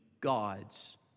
God's